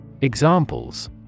Examples